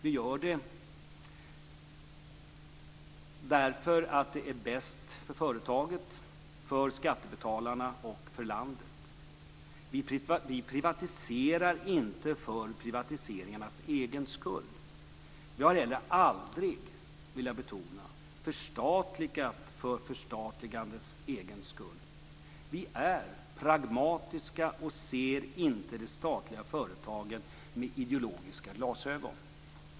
Det gör vi därför att det är bäst för företaget, skattebetalarna och landet. Vi privatiserar inte för privatiseringarnas egen skull. Vi har heller aldrig förstatligat för förstatligandets egen skull. Vi är pragmatiska och ser inte de statliga företagen med ideologiska glasögon.